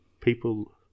people